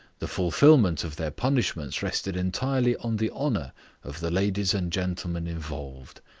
the fulfilment of their punishments rested entirely on the honour of the ladies and gentlemen involved,